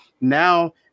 now